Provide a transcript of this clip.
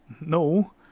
No